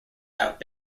out